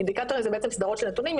אינדיקטורים זה בעצם סדרות של נתונים,